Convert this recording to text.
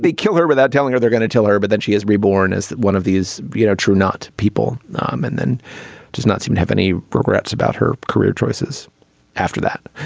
kill her without telling her they're going to kill her. but then she is reborn as one of these you know true not people um and then just not seem to have any regrets about her career choices after that.